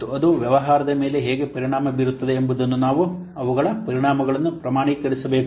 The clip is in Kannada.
ಮತ್ತು ಅದು ವ್ಯವಹಾರದ ಮೇಲೆ ಹೇಗೆ ಪರಿಣಾಮ ಬೀರುತ್ತದೆ ಎಂಬುದನ್ನು ನಾವು ಅವುಗಳ ಪರಿಣಾಮಗಳನ್ನು ಪ್ರಮಾಣೀಕರಿಸಬೇಕು